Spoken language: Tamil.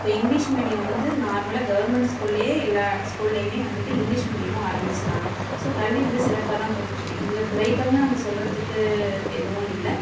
இப்போ இங்கிலீஷ் மீடியம் வந்து நார்மலாக கவர்மெண்ட் ஸ்கூல்லையே எல்லா ஸ்கூல்லையுமே வந்துவிட்டு இங்கிலீஷ் மீடியமும் ஆரமிச்சிவிட்டாங்க ஸோ கல்வி வந்து சிறப்பாக தான் போயிட்டுருக்கு இதில் குறைகள்னு நம்ப சொல்லுறத்துக்கு எதுவும் இல்லை